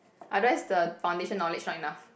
otherwise the foundation knowledge not enough